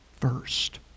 first